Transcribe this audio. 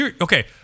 Okay